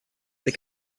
they